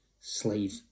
slave